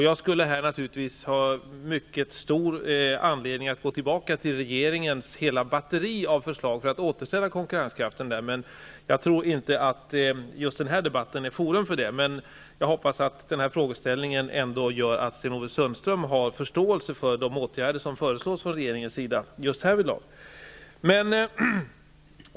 Jag skulle naturligtvis kunna gå tillbaka och redogöra för regeringens hela batteri av förslag som syftar till att återställa konkurrenskraften, men just den här debatten är nog inte rätt forum för det. Jag hoppas ändå att Sten-Ove Sundström har förståelse för de åtgärder som härvidlag föreslås av regeringen.